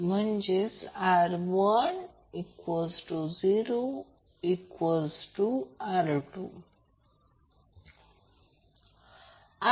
तर t 2 म्हणून याला 12 पॉवर पॉईंट म्हणतात